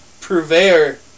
purveyor